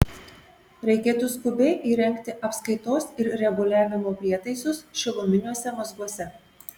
reikėtų skubiai įrengti apskaitos ir reguliavimo prietaisus šiluminiuose mazguose